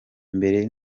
mbere